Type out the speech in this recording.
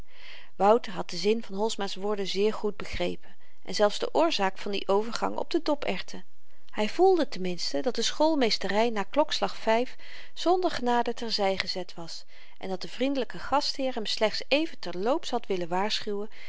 wouter had den zin van holsma's woorden zeer goed begrepen en zelfs de oorzaak van dien overgang op de dopërten hy voelde ten minste dat de schoolmeestery na klokkeslag vyf zonder genade ter zy gezet was en dat de vriendelyke gastheer hem slechts even ter loops had willen waarschuwen